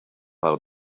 out